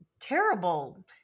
terrible